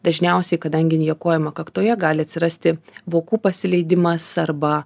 dažniausiai kadangi injekuojama kaktoje gali atsirasti vokų pasileidimas arba